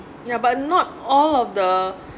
you know but not all of the